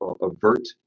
avert